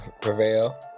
prevail